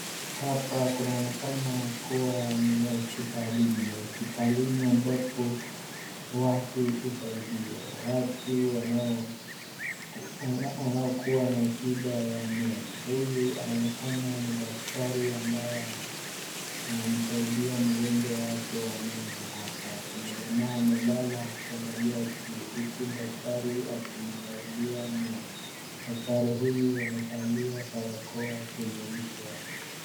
Hapa kunaonekana kuwa ni hospitalini. Hospitalini ambapo watu husaidiwa. Watu wanao, wanaokuwa na shida ya meno. Huyu anaonekana ni daktari ambaye ana, anamsaidia mgonjwa wake wa meno hapa. Kuna jamaa amelala akiangalia juu huku daktari akimwangalilia meno. Daktari huyu amevalia barakoa kwenye uso wake.